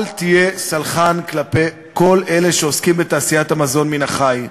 אל תהיה סלחן כלפי כל אלה שעוסקים בתעשיית המזון מן החי.